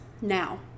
now